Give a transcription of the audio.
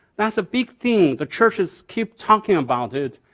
that's a big thing, the churches keep talking about it.